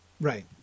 Right